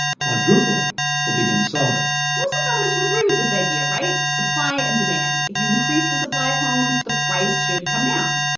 quadrupling will begin to solve it most economists would agree with this idea, right? supply and demand if you increase the supply of homes, the price should come down.